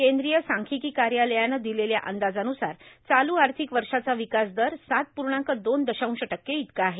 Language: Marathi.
केंद्रीय सांख्यिकी कार्यालयानं दिलेला अंदाजान्सार चालू आर्थिक वर्षाचा विकास दर सात पूर्णांक दोन दशांश टक्के इतका आहे